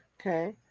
okay